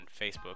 Facebook